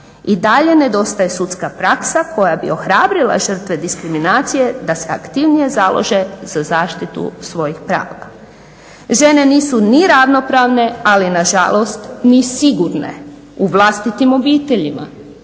I dalje nedostaje sudska praksa koja bi ohrabrila žrtve diskriminacije da se aktivnije založe za zaštitu svojih prava. Žene nisu ni ravnopravne, ali na žalost ni sigurne u vlastitim obiteljima.